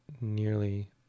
nearly